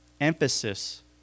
Emphasis